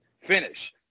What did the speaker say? finish